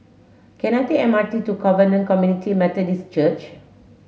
can I take the M R T to Covenant Community Methodist Church